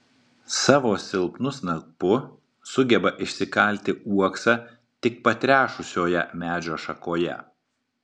savo silpnu snapu sugeba išsikalti uoksą tik patrešusioje medžio šakoje